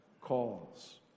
calls